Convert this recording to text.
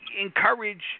encourage